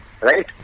right